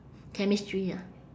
chemistry ah